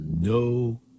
no